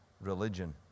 religion